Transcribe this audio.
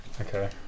Okay